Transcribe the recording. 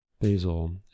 Basil